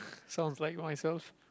sounds like myself